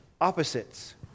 Opposites